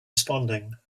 responding